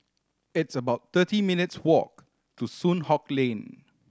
it's about thirty minutes' walk to Soon Hock Lane